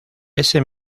ese